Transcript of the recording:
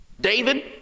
David